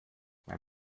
mein